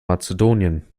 mazedonien